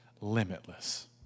limitless